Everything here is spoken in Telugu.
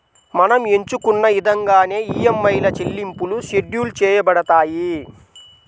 మనం ఎంచుకున్న ఇదంగానే ఈఎంఐల చెల్లింపులు షెడ్యూల్ చేయబడతాయి